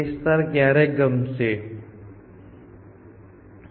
વિદ્યાર્થી જ્યારે ખુલ્લું રાખવામાં આવે ત્યારે તે વધારે જતું નથી